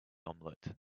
omelette